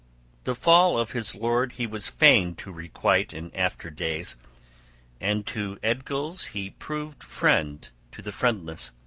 the fall of his lord he was fain to requite in after days and to eadgils he proved friend to the friendless,